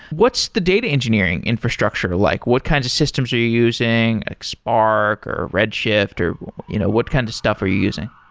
what's the data engineering infrastructure like? what kinds of systems are you using, like spark, or red shift, shift, or you know what kinds of stuff are you using?